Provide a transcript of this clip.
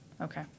Okay